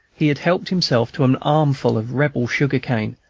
he had helped himself to an armful of rebel sugar-cane,